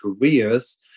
careers